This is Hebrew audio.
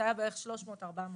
זה היה בערך 300 400 שקלים,